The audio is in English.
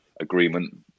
agreement